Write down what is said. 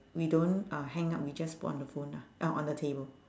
we don't uh hang up we just put on the phone lah uh on the table